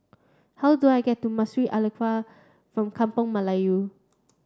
how do I get to Masjid Alkaff from Kampung Melayu